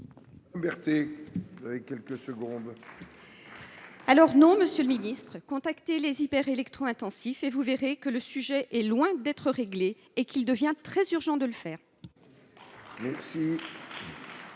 Non, monsieur le ministre ! Contactez les hyper électro intensifs et vous verrez que le sujet est loin d’être réglé ! Il devient très urgent qu’il le soit.